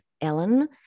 Ellen